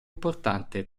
importante